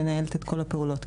מנהלת את כל הפעולות.